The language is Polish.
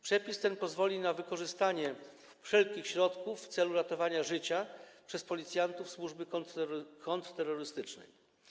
Przepis ten pozwoli na wykorzystanie wszelkich środków w celu ratowania życia przez policjantów służby kontrterrorystycznej.